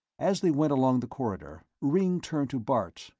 as they went along the corridor, ringg turned to bart,